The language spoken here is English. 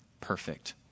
perfect